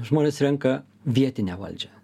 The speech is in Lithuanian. žmonės renka vietinę valdžią